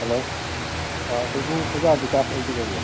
hello ꯁꯤꯕꯨ ꯑꯣꯖꯥ ꯕꯤꯀꯥꯁ ꯑꯣꯏꯕꯤꯔꯕꯣ